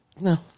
No